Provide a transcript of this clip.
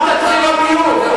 גם תקציב הביוב,